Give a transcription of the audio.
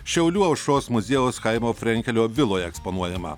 šiaulių aušros muziejaus chaimo frenkelio viloje eksponuojama